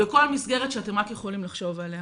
בכל מסגרת שאתם רק יכולים לחשוב עליה.